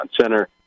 center